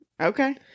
Okay